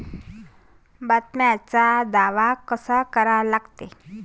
बिम्याचा दावा कसा करा लागते?